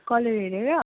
colour हेरेर